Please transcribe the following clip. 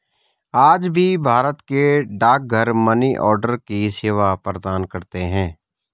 आज भी भारत के डाकघर मनीआर्डर की सेवा प्रदान करते है